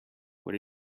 what